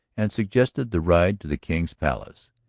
and suggested the ride to the king's palace,